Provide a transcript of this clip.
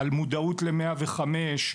על מודעות ל-105,